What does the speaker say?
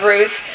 Ruth